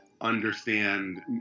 understand